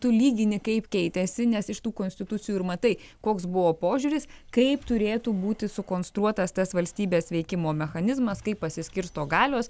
tu lygini kaip keitėsi nes iš tų konstitucijų ir matai koks buvo požiūris kaip turėtų būti sukonstruotas tas valstybės veikimo mechanizmas kaip pasiskirsto galios